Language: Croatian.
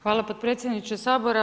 Hvala podpredsjedniče Sabora.